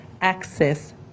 access